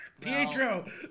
Pietro